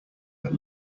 that